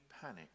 panic